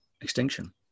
extinction